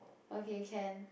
okay can